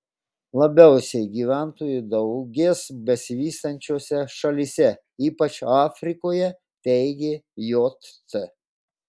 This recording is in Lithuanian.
labiausiai gyventojų daugės besivystančiose šalyse ypač afrikoje teigia jt